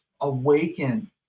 awaken